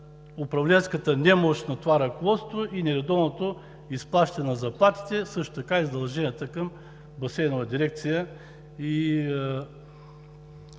управленската немощ на това ръководство и нередовното изплащане на заплатите – също така и задълженията към Басейнова дирекция